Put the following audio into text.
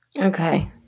okay